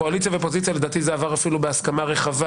קואליציה ואופוזיציה - ולדעתי זה עבר אפילו בהסכמה רחבה